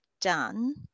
done